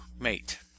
Mate